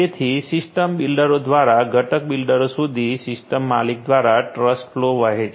તેથી સિસ્ટમ બિલ્ડરો દ્વારા ઘટક બિલ્ડરો સુધી સિસ્ટમ માલિક દ્વારા ટ્રસ્ટ ફલૉ વહે છે